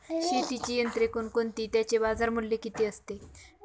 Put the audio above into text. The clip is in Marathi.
शेतीची यंत्रे कोणती? त्याचे बाजारमूल्य किती असते?